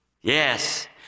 Yes